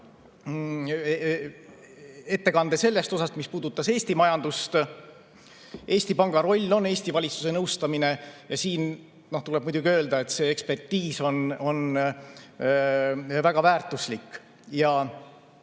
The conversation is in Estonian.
ettekande selle osa kohta, mis puudutas Eesti majandust. Eesti Panga roll on Eesti valitsuse nõustamine ja siin tuleb muidugi öelda, et see ekspertiis on väga väärtuslik. Ja